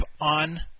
on